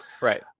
Right